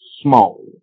small